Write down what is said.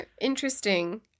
interesting